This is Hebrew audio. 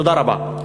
תודה רבה.